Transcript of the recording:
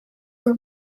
for